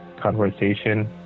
Conversation